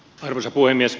arvoisa puhemies